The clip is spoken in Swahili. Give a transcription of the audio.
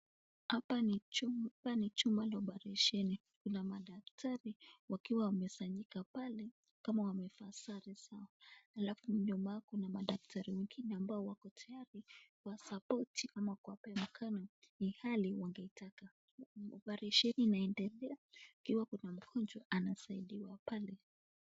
Hapa ni chumba, hapa ni chumba la operesheni. Kuna madaktari wakiwa wamesanyikana pale kama wamevaa sare zao. Alafu nyuma kuna madaktari wengine ambao wako tayari kuwasapoti ama kuwapeana mkono, ilhali wangetaka. operesheni inaendelea, ikiwa kuna mgonjwa anasaidiwa pale.